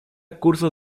cursos